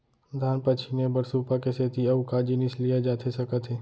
धान पछिने बर सुपा के सेती अऊ का जिनिस लिए जाथे सकत हे?